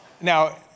Now